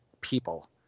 people